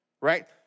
right